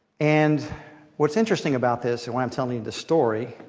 and what's interesting about this, and why i'm telling you this story,